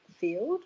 field